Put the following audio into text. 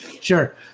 Sure